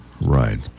right